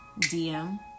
DM